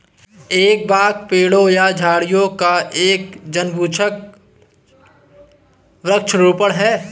एक बाग पेड़ों या झाड़ियों का एक जानबूझकर वृक्षारोपण है